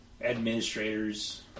administrators